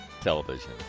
television